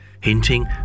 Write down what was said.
hinting